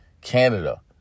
Canada